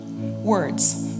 words